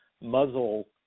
muzzle